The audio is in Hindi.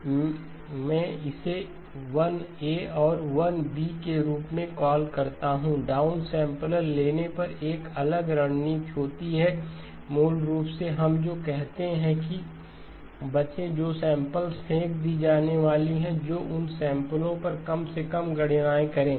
में इसे 1 ए और 1 बी के रूप में कॉल करता हूँ डाउन सैंपलर लेने पर एक अलग रणनीति होती है मूल रूप से हम जो कहते हैं कि बचें जो सैंपल्स फेंक दी जाने वाली हैं जो उन सैंपलो पर कम से कम गणनाएं करे